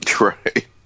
right